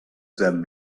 them